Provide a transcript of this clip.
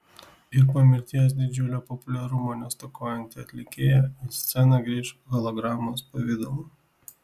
ir po mirties didžiulio populiarumo nestokojanti atlikėja į sceną grįš hologramos pavidalu